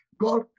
God